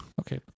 Okay